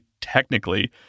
technically